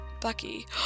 Bucky